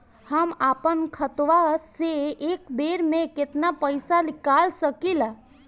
हम आपन खतवा से एक बेर मे केतना पईसा निकाल सकिला?